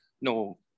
no